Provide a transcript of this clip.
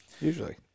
Usually